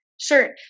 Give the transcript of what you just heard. Sure